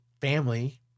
family